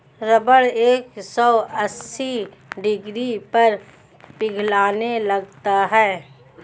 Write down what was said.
rubber एक सौ अस्सी डिग्री पर पिघलने लगता है